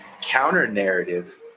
counter-narrative